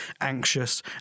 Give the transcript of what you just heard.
anxious